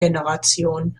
generation